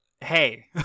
hey